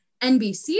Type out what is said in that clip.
NBC